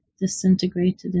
disintegrated